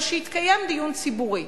אבל שיתקיים דיון ציבורי.